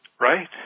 Right